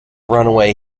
runaway